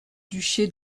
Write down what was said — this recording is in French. duché